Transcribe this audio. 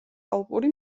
ალპური